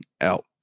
out